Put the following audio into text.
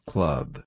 Club